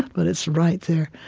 but it's right there.